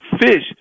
fish